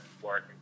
work